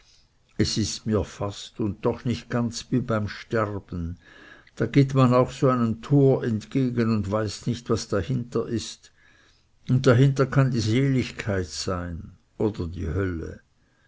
es ist mir fast und doch nicht ganz wie beim sterben da geht man auch so einem tor entgegen und weiß nicht was dahinter ist und dahinter kann die seligkeit sein oder die hölle